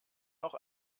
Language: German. noch